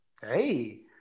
Hey